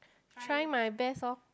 try my best lor